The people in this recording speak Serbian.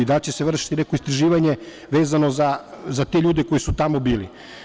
Da li će se vršiti neko istraživanje vezano za te ljude koji su tamo bili?